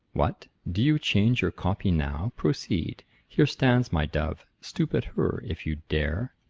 what, do you change your copy now? proceed here stands my dove stoop at her, if you dare.